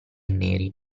neri